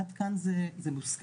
עד כאן זה מוסכם.